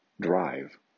drive